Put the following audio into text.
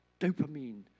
dopamine